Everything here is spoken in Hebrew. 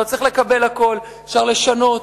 לא צריך לקבל הכול, אפשר לשנות.